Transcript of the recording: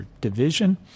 division